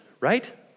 right